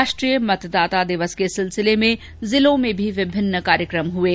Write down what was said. राष्ट्रीय मतदाता दिवस के सिलसिले में जिलों में भी विभिन्न कार्यक्रम हुये